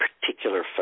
particular